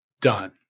Done